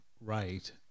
right